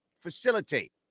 facilitate